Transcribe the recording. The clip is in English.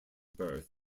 birth